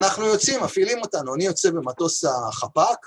אנחנו יוצאים, מפעילים אותנו, אני יוצא במטוס החפ"ק.